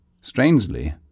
strangely